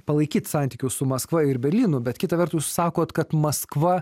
palaikyt santykius su maskva ir berlynu bet kita vertus sakot kad maskva